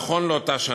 נכון לאותה שנה.